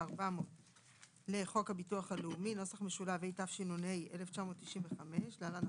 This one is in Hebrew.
ו - 400 לחוק הביטוח הלאומי התשנ"ה-1995 (להלן,